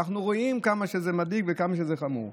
ואנחנו רואים כמה שזה מדאיג וכמה שזה חמור?